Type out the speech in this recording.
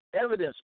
evidence